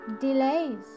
delays